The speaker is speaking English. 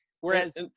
Whereas